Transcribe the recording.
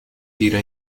tira